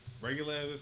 regular